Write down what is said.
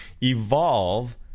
evolve